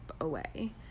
away